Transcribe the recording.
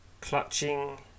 clutching